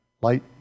light